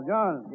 John